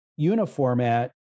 uniformat